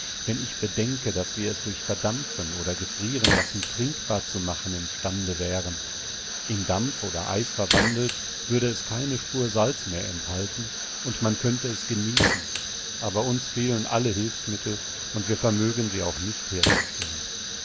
wenn ich bedenke daß wir es durch verdampfen oder gefrierenlassen trinkbar zu machen im stande wären in dampf oder eis verwandelt würde es keine spur salz mehr enthalten und man könnte es genießen aber uns fehlen alle hilfsmittel und wir vermögen sie auch nicht herzustellen